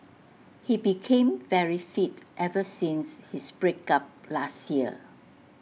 he became very fit ever since his break up last year